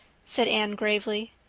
said anne gravely.